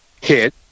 hit